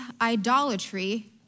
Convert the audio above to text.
Idolatry